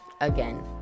again